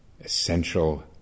essential